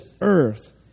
earth